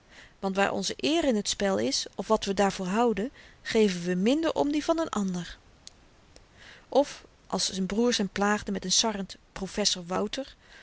want waar onze eer in t spel is of wat we daarvoor houden geven we minder om die van n ander of als z'n broers hem plaagden met n sarrend professer wouter